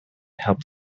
help